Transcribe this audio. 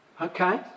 Okay